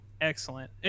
excellent